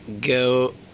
go